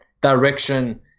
direction